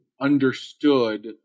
understood